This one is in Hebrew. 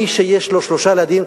מי שיש לו שלושה ילדים,